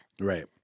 Right